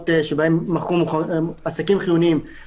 את הסייג הזה הוועדה לא מאשרת.